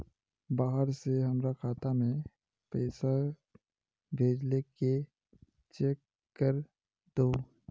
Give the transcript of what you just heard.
बाहर से हमरा खाता में पैसा भेजलके चेक कर दहु?